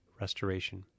restoration